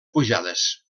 pujades